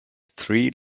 three